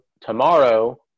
tomorrow